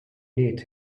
need